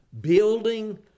Building